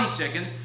seconds